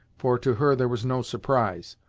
for to her there was no surprise,